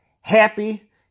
happy